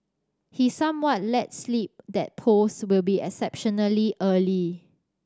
he somewhat let slip that polls will be exceptionally early